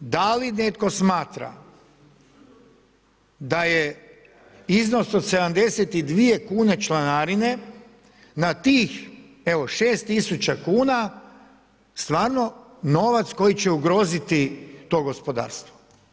da li netko smatra da je iznos od 72kn članarine na tih evo 6000kn stvarno novac koji će ugroziti to gospodarstvo?